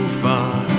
far